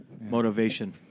Motivation